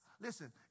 Listen